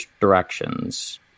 directions